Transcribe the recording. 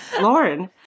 Lauren